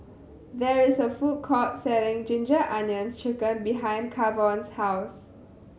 there is a food court selling Ginger Onions Chicken behind Kavon's house